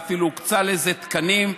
ואפילו הוקצו לזה תקנים,